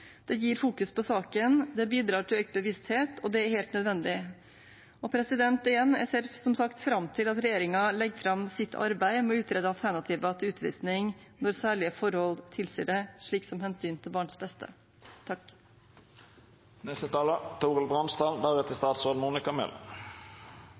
Det gir fokus på saken, det bidrar til økt bevissthet, og det er helt nødvendig. Jeg ser som sagt fram til at regjeringen legger fram sitt arbeid med å utrede alternativer til utvisning når særlige forhold tilsier det, slik som hensynet til barnets beste.